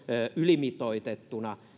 ylimitoitettuna